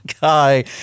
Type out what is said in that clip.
guy